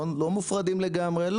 לא מופרדים לגמרי.